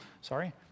sorry